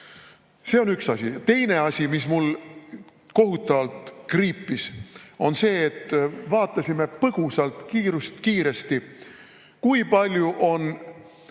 See on üks asi. Teine asi, mis mul kohutavalt [hinge] kriipis, on see. Vaatasime põgusalt, kiiresti, kui palju on